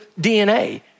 DNA